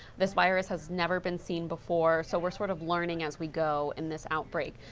this virus has never been seen before, so we're sort of learning as we go in this outbreak.